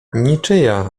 niczyja